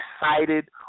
excited